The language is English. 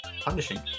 punishing